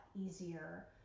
easier